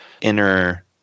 inner